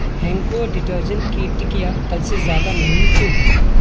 ہینکو detergent کی ٹکیہ کل سے زیادہ مہنگی کیوں ہیں